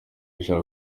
ishaka